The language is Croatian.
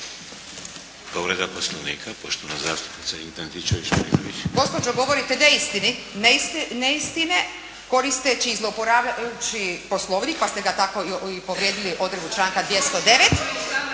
Gospođo govorite neistine, koristeći i zlouporabljajući Poslovnik, pa ste ga tako i povrijedili, odredbu Članka 209.